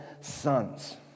sons